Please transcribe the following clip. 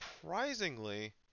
surprisingly